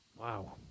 Wow